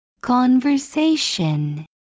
Conversation